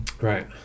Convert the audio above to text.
Right